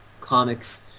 comics